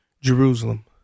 Jerusalem